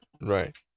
right